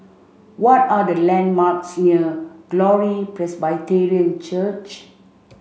what are the landmarks near Glory Presbyterian Church